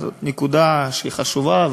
זאת נקודה שהיא חשובה,